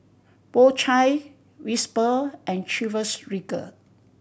Po Chai Whisper and Chivas Regal